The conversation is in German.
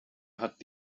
hat